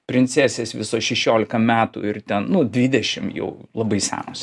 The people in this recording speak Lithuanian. princesės visos šešiolika metų ir ten nu dvidešim jau labai senos